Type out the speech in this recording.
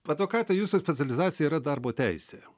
advokate jūsų specializacija yra darbo teisė